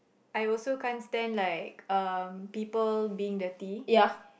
I also can't stand like people being dirty